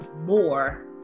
more